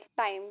time